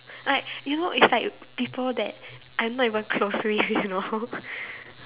like you know it's like people that I'm not even close with you know